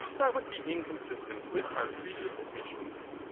that would be inconsistent with our previous admissions.